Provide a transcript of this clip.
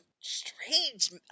strange